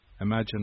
imagine